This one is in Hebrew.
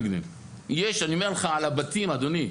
אני אומר לך, על הבתים, אדוני.